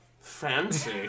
fancy